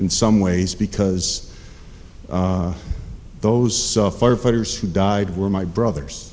in some ways because those firefighters who died were my brothers